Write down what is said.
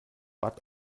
bad